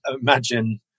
imagine